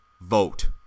Vote